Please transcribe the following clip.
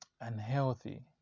unhealthy